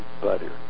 butter